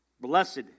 Blessed